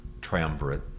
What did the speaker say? Triumvirate